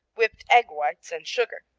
whipped egg whites and sugar.